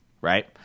Right